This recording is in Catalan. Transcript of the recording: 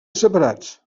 separats